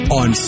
on